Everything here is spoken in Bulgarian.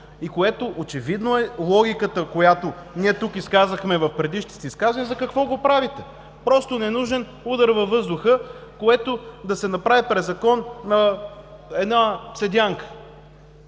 и което очевидно е логиката, която ние тук изказахме в предишните изказвания за какво го правите? Просто ненужен удар във въздуха, което да се направи през закон, на една седянка